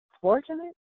fortunate